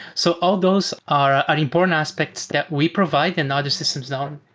so all those are important aspects that we provide and other systems don't.